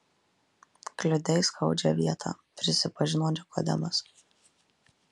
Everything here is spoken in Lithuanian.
kliudei skaudžią vietą prisipažino nikodemas